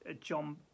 john